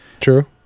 True